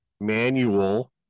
manual